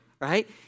right